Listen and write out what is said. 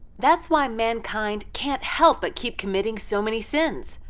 that's why mankind can't help but keep committing so many sins.